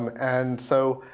um and so,